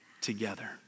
together